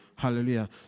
Hallelujah